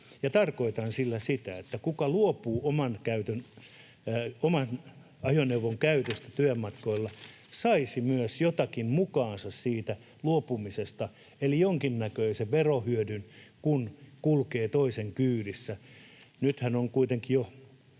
tarkoitan sillä sitä, että kuka luopuu oman ajoneuvon käytöstä työmatkoilla, saisi myös jotakin mukaansa siitä luopumisesta, eli jonkinnäköisen verohyödyn, kun kulkee toisen kyydissä. Nythän on kuitenkin jo